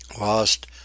lost